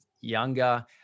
younger